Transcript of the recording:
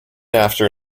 after